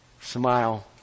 smile